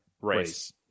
Race